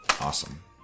Awesome